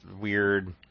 weird